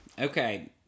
Okay